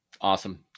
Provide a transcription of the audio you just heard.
Awesome